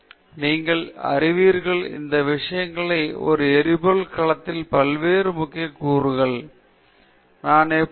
எனவே நீங்கள் அறிவீர்கள் இந்த விஷயங்கள் ஒரு எரிபொருள் கலத்தின் பல்வேறு முக்கிய கூறுகள் ஒருவருக்கொருவர் தொடர்புகொள்வது மிகத் தெளிவாக இந்த திட்டத்தில் குறிப்பிடப்பட்டுள்ளது